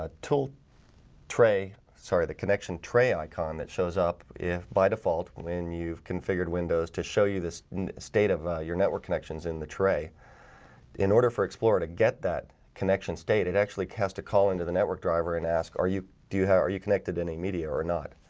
ah tool tray, sorry the connection tray icon that shows up if by default when you've configured windows to show you this state of your network connections in the tray in order for explorer to get that connection state it actually cast a call into the network driver and ask are you do how are you connected any media or not?